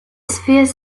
spheres